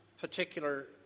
particular